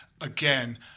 again